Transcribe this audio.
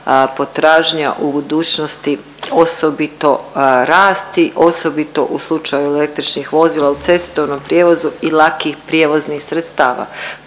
potražnja u budućnosti osobito rasti, osobito u slučaju električnih vozila u cestovnom prijevozu i lakih prijevoznih sredstava.